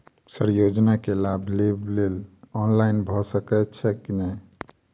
Sir योजना केँ लाभ लेबऽ लेल ऑनलाइन भऽ सकै छै नै?